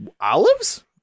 Olives